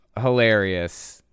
hilarious